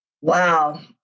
Wow